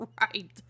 right